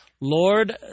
Lord